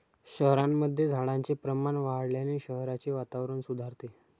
शहरांमध्ये झाडांचे प्रमाण वाढवल्याने शहराचे वातावरण सुधारते